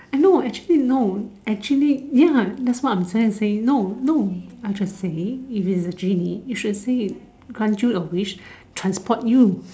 eh no actually no actually ya that's what I'm trying to say no no I'm just saying if it's a genie you should say grant you a wish transport you